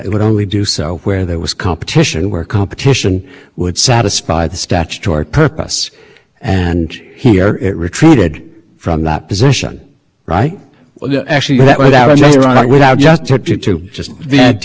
yes your honor and i would say take a broader view take another look at that but the other thing to keep in mind is since that time they passed their own regulations and in their own regulations they lay out a market test and they didn't try to say oh those regulations don't apply to me but the point is